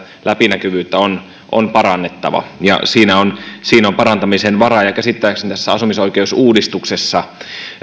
läpinäkyvyyttä on on parannettava siinä on siinä on parantamisen varaa ja käsittääkseni tässä asumisoikeusuudistuksessa